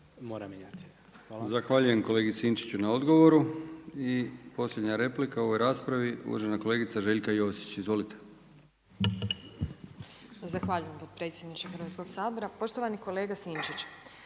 uvaženom kolegi Sinčiću na odgovoru. I posljednja replika u ovoj raspravi uvažena kolegica Željka Josić. Izvolite.